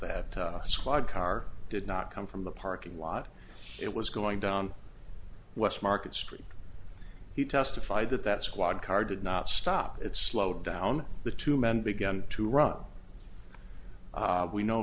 that squad car did not come from the parking lot it was going down west market street he testified that that squad car did not stop it slowed down the two men began to run we know